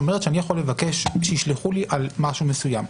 (5) אומרת שאני יכול לבקש שישלחו לי על משהו מסוים,